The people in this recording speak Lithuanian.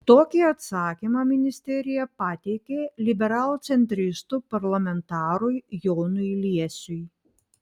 tokį atsakymą ministerija pateikė liberalcentristų parlamentarui jonui liesiui